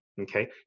Okay